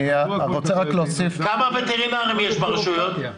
כמה וטרינרים יש ברשויות?